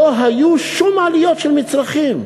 לא היו שום עליות במחירים של מצרכים.